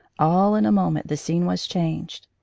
all in a moment the scene was changed.